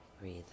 breathe